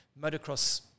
motocross